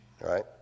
right